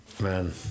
man